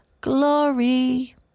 glory